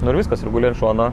nu ir viskas ir guli ant šono